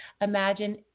Imagine